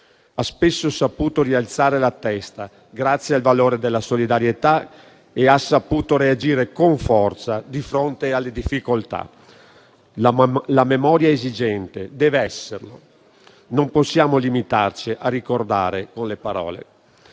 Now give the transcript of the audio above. ha spesso saputo rialzare la testa, grazie al valore della solidarietà, e ha saputo reagire con forza di fronte alle difficoltà. La memoria esigente deve esserlo. Non possiamo limitarci a ricordare con le parole.